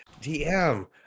DM